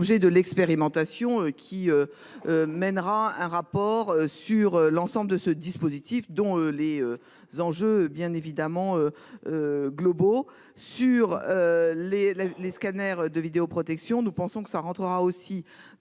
de l'expérimentation qui. Mènera un rapport sur l'ensemble de ce dispositif dont les. Enjeux bien évidemment. Globaux sur les les les scanners de vidéoprotection. Nous pensons que ça rentrera aussi dans